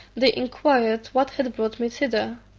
they inquired what had brought me thither.